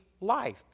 life